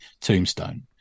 Tombstone